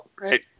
Right